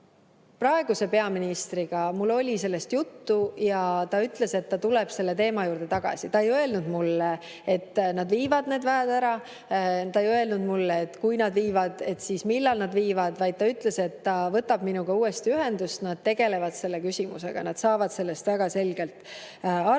praeguse peaministriga oli mul sellest juttu ja ta ütles, et ta tuleb selle teema juurde tagasi. Ta ei öelnud mulle, et nad viivad need väed ära. Ta ei öelnud mulle, et kui nad viivad, siis millal nad viivad. Ta ütles, et ta võtab minuga uuesti ühendust, nad tegelevad selle küsimusega. Nad saavad [probleemist] väga selgelt aru,